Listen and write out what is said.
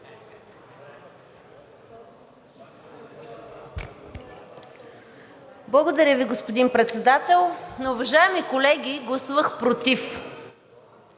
Благодаря Ви, господин Председател. Уважаеми колеги, гласувах против